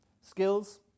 skills